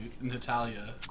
natalia